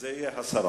7,